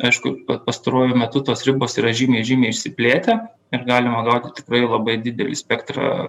aišku pa pastaruoju metu tos ribos yra žymiai žymiai išsiplėtę ir galima gauti tikrai labai didelį spektrą